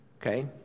Okay